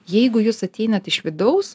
jeigu jūs ateinat iš vidaus